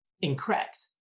incorrect